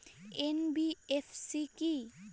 NBFC কী?